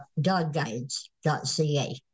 dogguides.ca